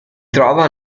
trova